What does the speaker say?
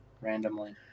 randomly